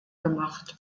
gemacht